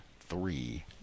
three